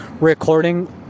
recording